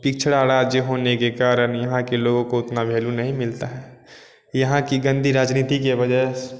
पिछड़ा राज्य होने के कारण यहाँ के लोगों को उतना वैल्यू नहीं मिलता है यहाँ की गंदी राजनीति के वजह